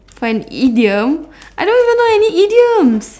for an idiom I don't even know any idioms